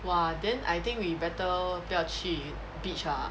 !wah! then I think we better 不要去 beach ah